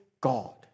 God